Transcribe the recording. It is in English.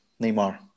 Neymar